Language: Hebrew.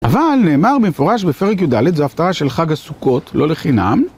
אבל נאמר מפורש בפרק י״ד, זו הפתעה של חג הסוכות, לא לחינם.